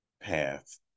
path